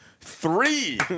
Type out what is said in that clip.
three